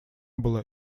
было